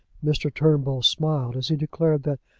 mr. turnbull smiled as he declared that,